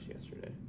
yesterday